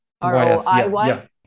R-O-I-Y